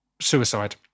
suicide